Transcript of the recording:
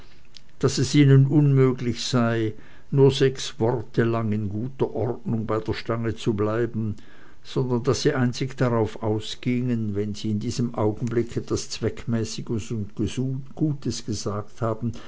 daß es ihnen unmöglich sei nur sechs worte lang in guter ordnung bei der stange zu bleiben sondern daß sie einzig darauf ausgingen wenn sie in diesem augenblicke etwas zweckmäßiges und gutes gesagt haben